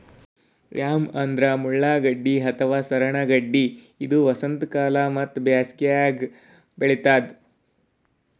yam ಅಂದ್ರ ಮುಳ್ಳಗಡ್ಡಿ ಅಥವಾ ಸೂರಣ ಗಡ್ಡಿ ಇದು ವಸಂತಕಾಲ ಮತ್ತ್ ಬ್ಯಾಸಿಗ್ಯಾಗ್ ಬೆಳಿತದ್